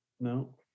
No